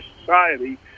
society